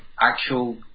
actual